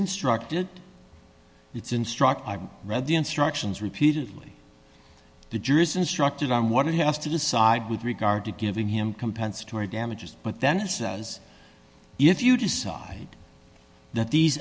instructed it's instruct i've read the instructions repeatedly the jury is instructed on what he has to decide with regard to giving him compensatory damages but then says if you decide that these